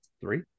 Three